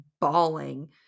bawling